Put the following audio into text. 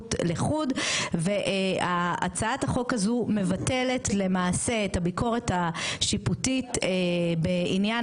כשירות לחוד והצעת החוק הזו מבטלת למעשה את הביקורת השיפוטית בעניין